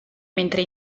mentre